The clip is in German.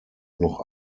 noch